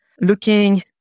looking